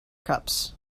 cups